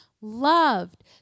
loved